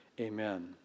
Amen